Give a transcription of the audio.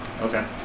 Okay